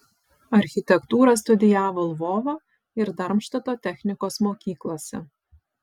architektūrą studijavo lvovo ir darmštato technikos mokyklose